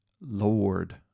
Lord